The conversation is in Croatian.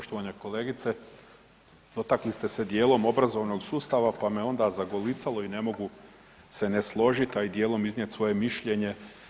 Poštovana kolegice, dotakli ste se dijelom obrazovnog sustava, pa me onda zagolicalo i ne mogu se ne složit, a i dijelom iznijet svoje mišljenje.